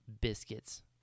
biscuits